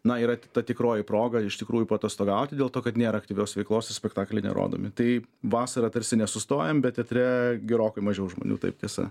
na yra ta tikroji proga iš tikrųjų paatostogauti dėl to kad nėra aktyvios veiklos irspektakliai nerodomi tai vasarą tarsi nesustojam bet teatre gerokai mažiau žmonių taip tiesa